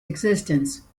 existence